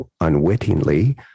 unwittingly